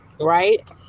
right